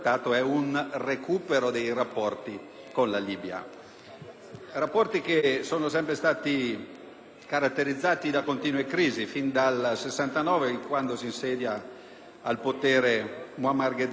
caratterizzati da continue crisi, fin dal 1969, da quando si insedia al potere Muammar al Gheddafi**.** Infatti, l'anno successivo gli italiani vengono cacciati dalla Libia, le proprietà italiane vengono confiscate,